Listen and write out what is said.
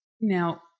Now